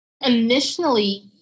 Initially